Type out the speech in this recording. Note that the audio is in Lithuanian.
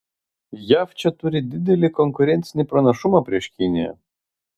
jav čia turi didelį konkurencinį pranašumą prieš kiniją